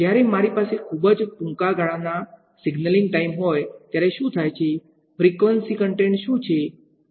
જ્યારે મારી પાસે ખૂબ જ ટૂંકા ગાળાના સિગ્નલિંગ ટાઈમ હોય ત્યારે શું થાય છે ફ્રીક્વન્સી કંટેન્ટ શું છે